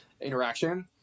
interaction